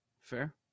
Fair